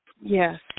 yes